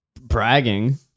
bragging